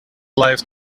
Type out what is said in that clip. life